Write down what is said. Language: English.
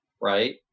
right